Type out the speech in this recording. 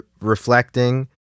reflecting